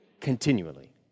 Continually